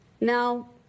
now